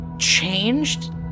changed